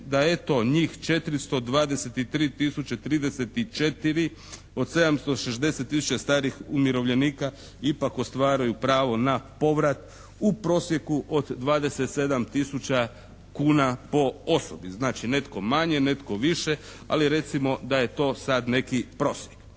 da eto njih 423 tisuće 34 od 760 tisuća starih umirovljenika ipak ostvaruju pravo na povrat u prosjeku od 27 tisuća kuna po osobi. Znači netko manje, netko više, ali recimo da je to sad neki prosjek.